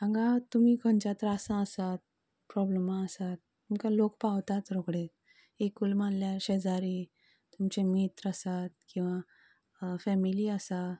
हांगा तुमी खंयच्या त्रासांत आसात प्रोब्लमांत आसात तुमकां लोक पावताच रोखडे एक उलो मारल्यार शेजारी तुमचे मित्र आसा किंवां फेमिली आसा